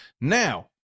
Now